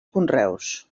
conreus